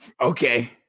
okay